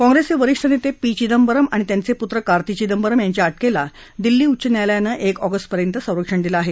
काँग्रेसचे वरीष्ठ नेते पी चिदंबरम आणि त्यांचे पूत्र कार्ती चिदंबरम यांच्या अटकेला दिल्ली उच्च न्यायालयान एक ऑगस्टपर्यंत संरक्षण दिलं आहे